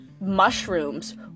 mushrooms